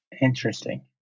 Interesting